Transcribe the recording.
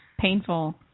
painful